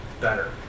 better